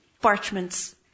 parchments